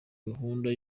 gahunda